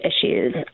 issues